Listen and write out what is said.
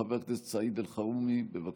חבר הכנסת סעיד אלחרומי, בבקשה.